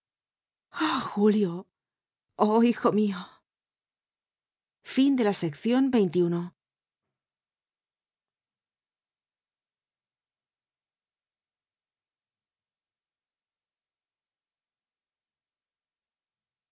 julio oh hijo mío los